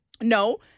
No